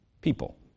People